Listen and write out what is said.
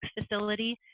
Facility